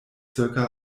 circa